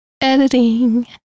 Editing